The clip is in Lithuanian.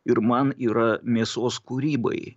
ir man yra mėsos kūrybai